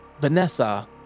Vanessa